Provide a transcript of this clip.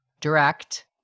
direct